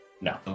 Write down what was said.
No